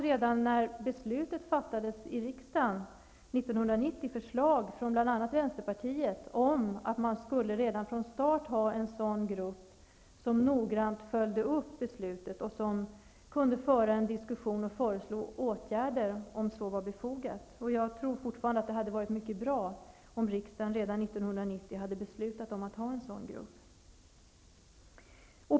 Redan när beslutet fattades i riksdagen 1990 fanns förslag, bl.a. från Vänsterpartiet om att man redan från start skulle ha en sådan grupp, som noggrant följde upp beslutet och kunde föra diskussioner och föreslå åtgärder om så var befogat. Jag tror fortfarande att det hade varit bra om riksdagen redan 1990 hade beslutat om att tillsätta en sådan grupp.